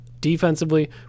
defensively